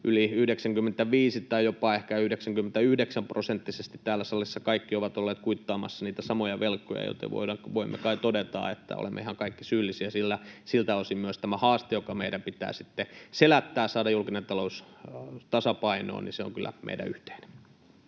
yli 95- tai jopa ehkä 99-prosenttisesti täällä salissa kaikki ovat olleet kuittaamassa niitä samoja velkoja, joten voimme kai todeta, että olemme ihan kaikki syyllisiä, ja siltä osin myös tämä haaste, joka meidän pitää sitten selättää, saada julkinen talous tasapainoon, on kyllä meidän yhteinen.